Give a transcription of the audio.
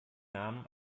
namen